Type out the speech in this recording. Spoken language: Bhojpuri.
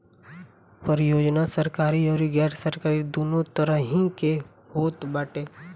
परियोजना सरकारी अउरी गैर सरकारी दूनो तरही के होत बाटे